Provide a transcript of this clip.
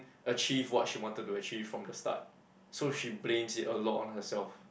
achieve what she wanted to achieve from the start so she blames it a lot on herself